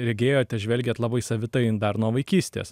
regėjote žvelgėt labai savitai dar nuo vaikystės